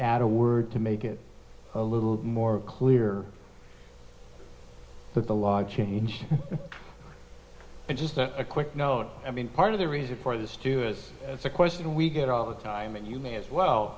add a word to make it a little more clear that the law changed just a quick note i mean part of the reason for this too is it's a question we get all the time and you may as well